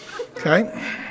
okay